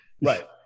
Right